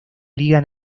liga